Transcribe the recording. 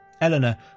Eleanor